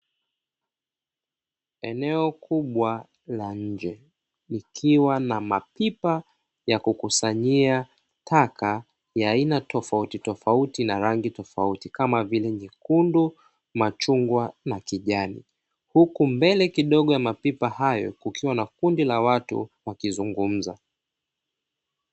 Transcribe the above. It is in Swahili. Eneo kubwa la nje likiwa na mapipa ya kukusanyia taka ya aina tofautitofauti na rangi tofauti, kama vile nyekundu, machungwa, na kijani, huku mbele kidogo ya mapipa hayo, kukiwa na kundi la watu wakizungumza.